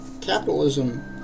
capitalism